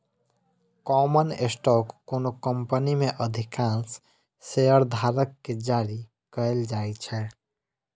common stock कोनो company मे अधिकांश शेयरधारक कें जारी कैल जाइ छै